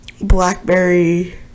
blackberry